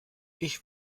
ich